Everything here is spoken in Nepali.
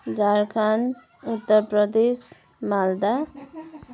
झारखन्ड उत्तर प्रदेश मालदा